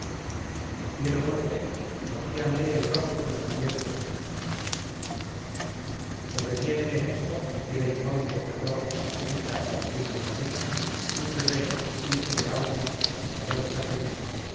al fiero golpe rocíanle el rostro los calientes sesos sobreviene en esto y queda inmóvil de terror a la súbita aparición de camila un guerrero hijo de auno morador del